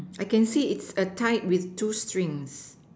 I can see it is a tight with two string